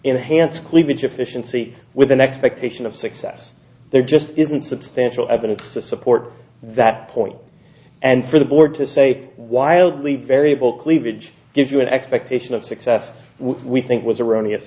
enhanced cleavage efficiency with an expectation of success there just isn't substantial evidence to support that point and for the board to say wildly variable cleavage gives you an expectation of success we think was erroneous